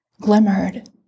glimmered